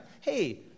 Hey